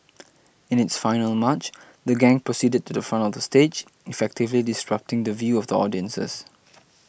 in its final march the gang proceeded to the front of the stage effectively disrupting the view of the audiences